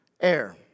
air